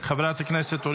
חבר הכנסת מתן כהנא,